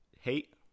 hate